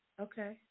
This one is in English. Okay